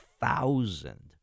thousand